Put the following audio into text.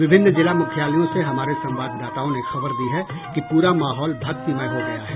विभिन्न जिला मुख्यालयों से हमारे संवाददाताओं ने खबर दी है कि पूरा माहौल भक्तिमय हो गया है